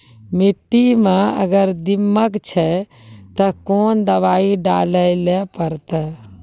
मिट्टी मे अगर दीमक छै ते कोंन दवाई डाले ले परतय?